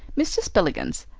mr. spillikins,